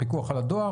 הפיקוח על הדואר?